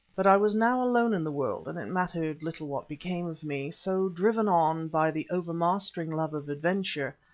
but i was now alone in the world, and it mattered little what became of me so, driven on by the overmastering love of adventure,